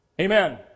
amen